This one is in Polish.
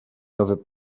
nowy